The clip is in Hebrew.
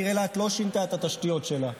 העיר אילת לא שינתה את התשתיות שלה,